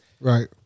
Right